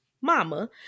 Mama